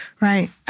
right